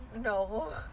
No